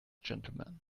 gentlemen